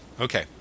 okay